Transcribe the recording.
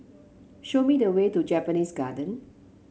show me the way to Japanese Garden